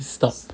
stop